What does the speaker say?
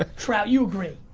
ah trav, you agree.